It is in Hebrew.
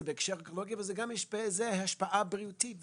בהקשר אקולוגי אבל יש לזה גם השפעה בריאותית.